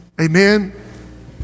Amen